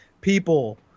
people